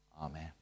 Amen